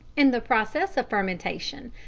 in the process of fermentation,